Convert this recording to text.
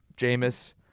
Jameis